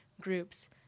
groups